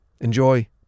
Enjoy